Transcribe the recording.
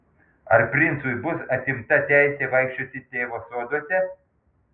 ar princui bus atimta teisė vaikščioti tėvo soduose